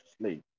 sleep